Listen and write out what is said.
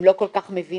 הם לא כל כך מבינים.